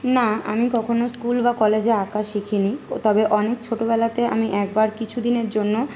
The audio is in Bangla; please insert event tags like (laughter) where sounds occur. না আমি কখনও স্কুল বা কলেজে আঁকা শিখিনি (unintelligible) তবে অনেক ছোটবেলাতে আমি একবার কিছুদিনের জন্য